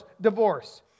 divorce